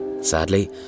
Sadly